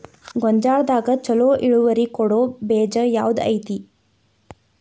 ಗೊಂಜಾಳದಾಗ ಛಲೋ ಇಳುವರಿ ಕೊಡೊ ಬೇಜ ಯಾವ್ದ್ ಐತಿ?